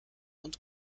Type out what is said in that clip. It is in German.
und